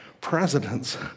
presidents